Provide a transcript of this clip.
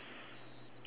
oh shit